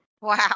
Wow